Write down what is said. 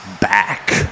back